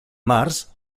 març